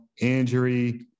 injury